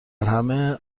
همه